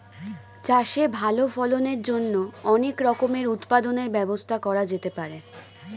চাষে ভালো ফলনের জন্য অনেক রকমের উৎপাদনের ব্যবস্থা করা যেতে পারে